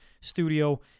studio